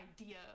idea